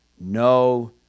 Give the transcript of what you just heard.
no